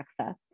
access